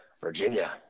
Virginia